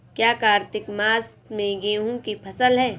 क्या कार्तिक मास में गेहु की फ़सल है?